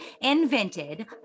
invented